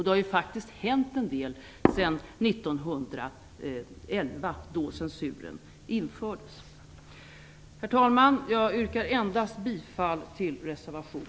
Det har faktiskt hänt en del sedan Herr talman! Jag yrkar bifall endast till reservation